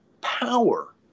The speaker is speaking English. power